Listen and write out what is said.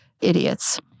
Idiots